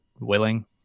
willing